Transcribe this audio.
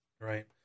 Right